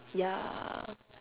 ya